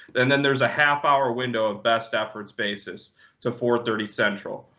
and then there's a half hour window of best efforts basis to four thirty central.